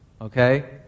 Okay